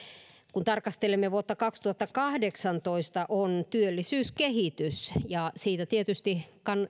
kun tarkastelemme vuotta kaksituhattakahdeksantoista on työllisyyskehitys siitä tietysti